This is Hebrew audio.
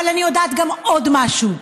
אבל אני יודעת גם עוד משהו: